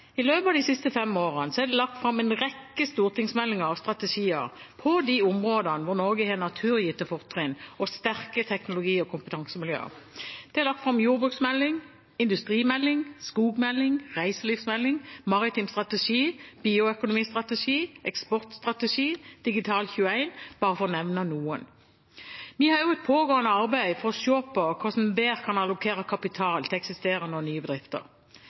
I løpet av de siste fem årene er det lagt fram en rekke stortingsmeldinger og strategier på de områdene hvor Norge har naturgitte fortrinn og sterke teknologi- og kompetansemiljøer. Det er lagt fram jordbruksmelding, industrimelding, skogmelding, reiselivsmelding, maritim strategi, bioøkonomistrategi, eksportstrategi, Digital21 – bare for å nevne noen. Vi har også et pågående arbeid for å se på hvordan en bedre kan allokere kapital til eksisterende og nye bedrifter.